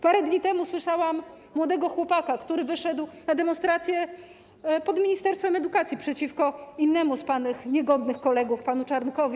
Parę dni temu słyszałam młodego chłopaka, który wyszedł na demonstrację pod ministerstwem edukacji przeciwko innemu z pana niegodnych kolegów, panu Czarnkowi.